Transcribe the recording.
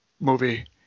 movie